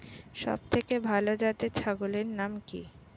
সবথেকে ভালো জাতের ছাগলের নাম কি?